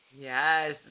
Yes